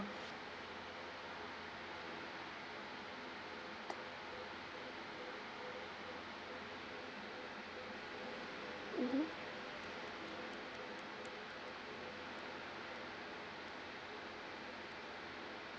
mmhmm